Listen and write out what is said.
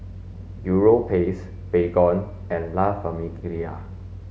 Europace Baygon and La Famiglia